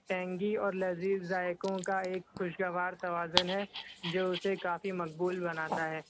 پینگی اور لذیذ ذائقوں کا ایک خوشگوار توازن ہے جو اسے کافی مقبول بناتا ہے